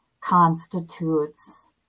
constitutes